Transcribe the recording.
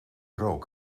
rook